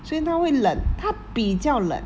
所以它会冷它比较冷